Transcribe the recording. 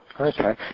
Okay